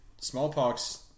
smallpox